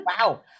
Wow